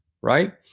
right